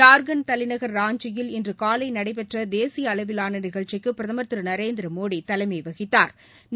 ஜார்க்கண்ட் தலைநகர் ராஞ்சியில் இன்று காலைநடைபெற்றதேசியஅளவிலானநிகழ்ச்சிக்குபிரதமா் திருநரேந்திரமோடிதலைமைவகித்தாா்